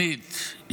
שנית,